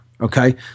okay